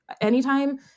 anytime